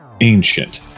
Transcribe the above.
ancient